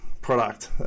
product